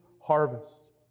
harvest